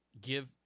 give